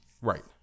Right